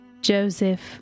Joseph